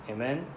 Amen